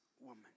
woman